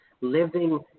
living